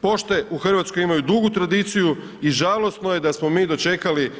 Pošte u Hrvatskoj imaju dugu tradiciju i žalosno je da smo mi dočekali